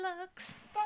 looks